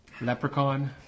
Leprechaun